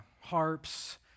harps